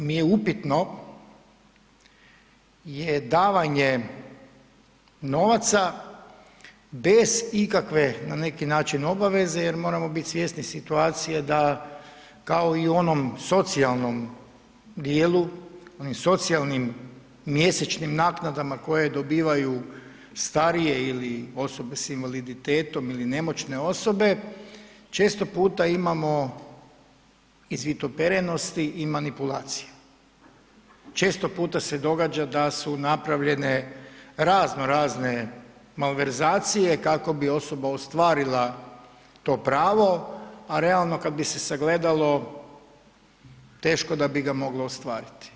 Ono što mi je upitno je davanje novaca bez ikakve, na neki način obaveze jer moramo biti situacije da kao i u onom socijalnom dijelu, onim socijalnim mjesečnim naknadama koje dobivaju starije ili osobe s invaliditetom ili nemoćne osobe, često puta imamo izvitoperenosti i manipulacije, često puta se događa da su napravljene raznorazne malverzacije kako bi osoba ostvarila to pravo, a realno kada bi se sagledalo teško da bi ga moglo ostvariti.